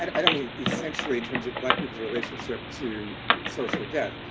i don't mean, essentially, in terms of black people's relationship to social death.